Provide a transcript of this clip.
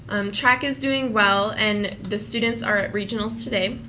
track is doing well. and the students are at regional's today.